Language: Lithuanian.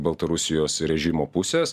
baltarusijos režimo pusės